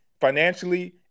financially